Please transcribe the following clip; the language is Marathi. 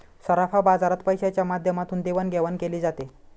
सराफा बाजारात पैशाच्या माध्यमातून देवाणघेवाण केली जाते